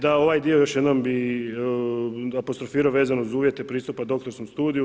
Da ovaj dio još jednom bih apostrofirao vezano uz uvjete pristupa doktorskom studiju.